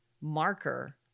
marker